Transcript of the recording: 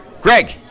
Greg